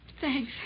Thanks